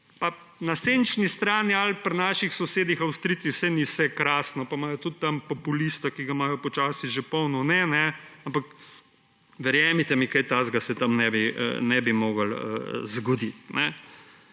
Na senčni strani Alp pri naših sosedih, Avstrijci – saj ni vse krasno pa imajo tudi tam populista, ki ga imajo počasi že polno one, ampak verjemite mi, kaj takega se tam ne bi moglo zgoditi.